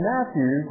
Matthew